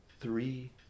three